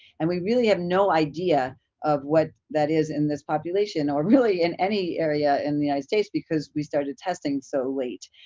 and we really have no idea of what that is in this population, or really in any area in the united states because we started testing so late.